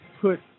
put